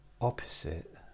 opposite